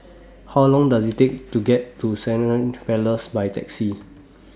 How Long Does IT Take to get to Hindhede Place By Taxi